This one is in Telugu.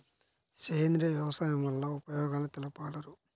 సేంద్రియ వ్యవసాయం వల్ల ఉపయోగాలు తెలుపగలరు?